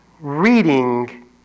reading